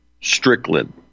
Strickland